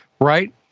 Right